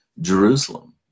Jerusalem